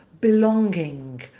belonging